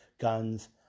guns